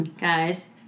Guys